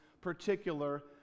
particular